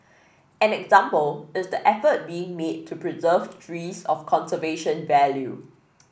an example is the effort being made to preserve trees of conservation value